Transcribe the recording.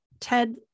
Ted